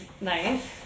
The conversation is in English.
nice